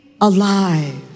alive